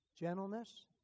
gentleness